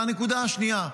והנקודה השנייה,